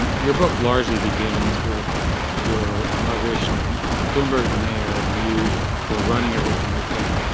and your book largely begins with your inauguration of mike bloomberg, the mayor, and you sort of running everything with him.